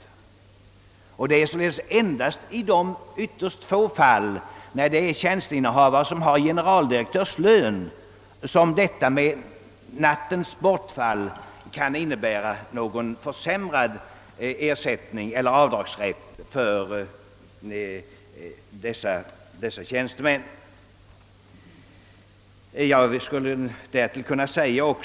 Det är således som helhet be traktat endast i de ytterst få fall då det gäller en tjänsteinnehavare med motsvarande generaldirektörs lön som gällande regler kan vara mindre fördelaktiga.